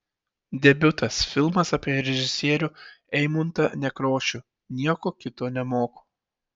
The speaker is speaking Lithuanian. debiutas filmas apie režisierių eimuntą nekrošių nieko kito nemoku